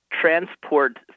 Transport